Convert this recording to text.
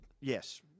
yes